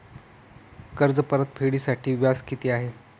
कर्ज परतफेडीसाठी व्याज किती आहे?